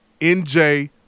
NJ